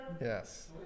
yes